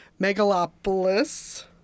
Megalopolis